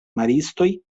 maristoj